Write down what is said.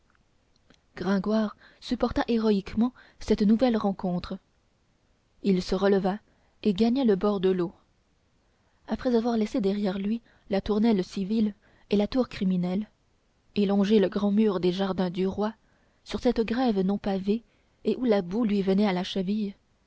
gringoire supporta héroïquement cette nouvelle rencontre il se releva et gagna le bord de l'eau après avoir laissé derrière lui la tournelle civile et la tour criminelle et longé le grand mur des jardins du roi sur cette grève non pavée où la boue lui venait à la cheville